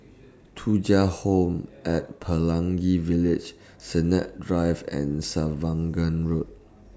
Thuja Home At Pelangi Village Sennett Drive and Road